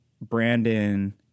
Brandon